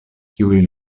kiuj